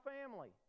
family